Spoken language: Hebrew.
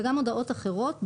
וגם הודעות אחרות,